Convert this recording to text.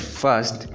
first